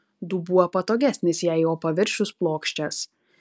dubuo patogesnis jei jo paviršius plokščias